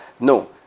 No